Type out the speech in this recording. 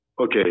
okay